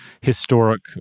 historic